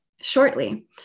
shortly